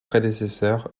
prédécesseur